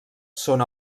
són